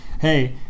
hey